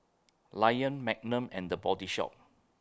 Lion Magnum and The Body Shop